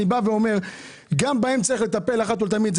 אני אומר שגם בהם צריך לטפל אחת ולתמיד.